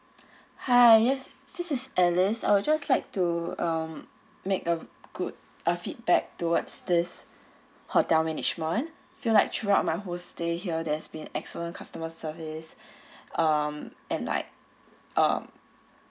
hi yes this is alice I would just like to um make a good a feedback towards this hotel management feel like throughout my whole stay here there's been excellent customer service um and like um